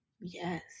yes